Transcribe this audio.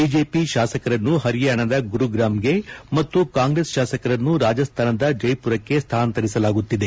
BJP ಶಾಸಕರನ್ನು ಹರಿಯಾಣದ ಗುರುಗ್ರಾಮ್ಗೆ ಮತ್ತು ಕಾಂಗ್ರೆಸ್ ಶಾಸಕರನ್ನು ರಾಜಸ್ತಾನದ ಜೈಪುರಕ್ಕೆ ಸ್ಥಳಾಂತರಿಸಲಾಗುತ್ತಿದೆ